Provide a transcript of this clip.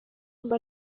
mba